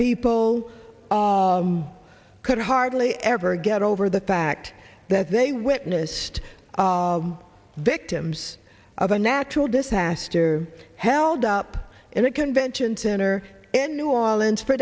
people could hardly ever get over the fact that they witnessed victims of a natural disaster held up in the convention center in new orleans for